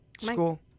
school